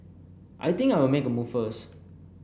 I think I'll make a move first